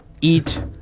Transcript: eat